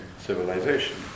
civilization